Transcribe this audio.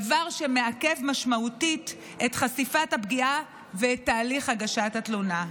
דבר המעכב משמעותית את חשיפת הפגיעה ואת תהליך הגשת התלונה.